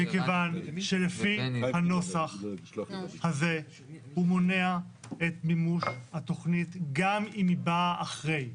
מכיוון שלפי הנוסח הזה הוא מונע את מימוש התוכנית גם אם היא באה אחרי.